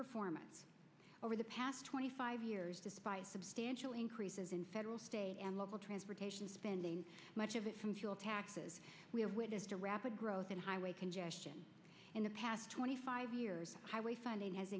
performance over the past twenty five years despite substantial increases in federal state and local transportation spending much of it from fuel taxes we have witnessed a rapid growth in highway congestion in the past twenty five years highway funding has